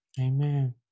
Amen